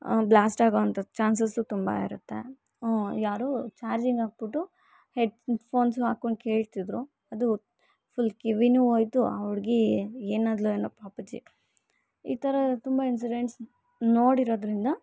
ಬ್ಲಾಸ್ಟಾಗೋಂಥ chances ತುಂಬ ಇರುತ್ತೆ ಹಾ ಯಾರೋ ಚಾರ್ಜಿಂಗಾಕ್ಬಿಟ್ಟು ಹೆಡ್ ಫೋನ್ಸ್ ಹಾಕ್ಕೊಂಡು ಕೇಳ್ತಿದ್ರು ಅದು ಫುಲ್ ಕಿವಿನೂ ಹೋಯ್ತು ಆ ಹುಡುಗಿ ಏನಾದ್ಲೋ ಏನೋ ಪಾಪಚ್ಚಿ ಈ ಥರ ತುಂಬ ಇನ್ಸಿಡೆಂಟ್ಸ್ ನೋಡಿರೋದ್ರಿಂದ